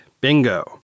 bingo